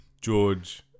George